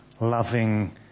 loving